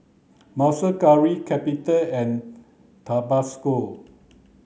Monster Curry Capital and Tabasco